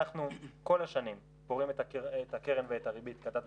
אנחנו כל השנים פורעים את הקרן ואת הריבית כדת וכדין.